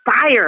fire